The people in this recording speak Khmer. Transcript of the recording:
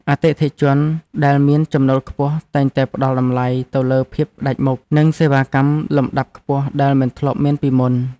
អតិថិជនដែលមានចំណូលខ្ពស់តែងតែផ្តល់តម្លៃទៅលើភាពផ្តាច់មុខ និងសេវាកម្មលំដាប់ខ្ពស់ដែលមិនធ្លាប់មានពីមុន។